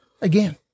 again